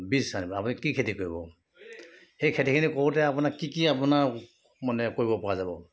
বীজ আপুনি কি খেতি কৰিব সেই খেতিখিনি কৰোঁতে অপোনৰ কি কি আপোনাৰ মানে কৰিব পৰা যাব